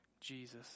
Jesus